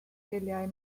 sgiliau